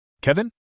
Kevin